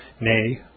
nay